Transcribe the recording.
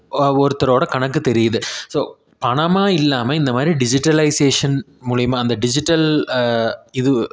ஒருத்தரோடய கணக்கு தெரியுது ஸோ பணமாக இல்லாமல் இந்த மாதிரி டிஜிட்டலைசேஷன் மூலிமா அந்த டிஜிட்டல் இது